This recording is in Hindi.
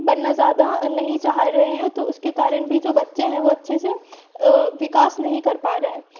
बनना नहीं चाह रहे हैं तो उसके कारण भी जो बच्चे हैं वह अच्छे से विकास नहीं कर पा रहे हैं